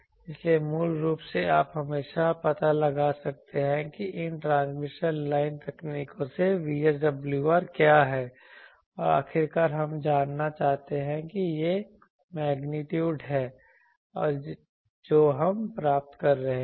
इसलिए मूल रूप से आप हमेशा पता लगा सकते हैं कि इन ट्रांसमिशन लाइन तकनीकों से VSWR क्या है और आखिरकार हम जानना चाहते हैं कि यह वह मेग्नीट्यूड है जो हम प्राप्त कर रहे हैं